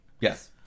Yes